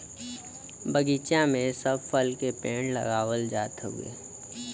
बगीचा में सब फल के पेड़ लगावल जात हउवे